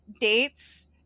dates